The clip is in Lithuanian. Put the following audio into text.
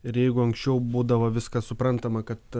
ir jeigu anksčiau būdavo viskas suprantama kad